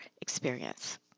experience